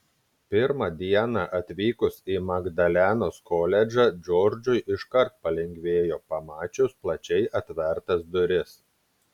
pirmą dieną atvykus į magdalenos koledžą džordžui iškart palengvėjo pamačius plačiai atvertas duris